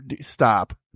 stop